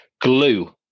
Glue